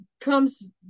comes